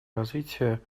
развития